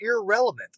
irrelevant